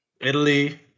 Italy